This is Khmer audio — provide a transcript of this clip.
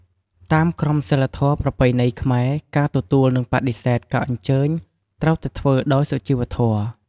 តាមក្រមសីលធម៌ប្រពៃណីខ្មែរ ការទទួលនិងបដិសេធការអញ្ជើញត្រូវតែធ្វើដោយសុជីវធម៌។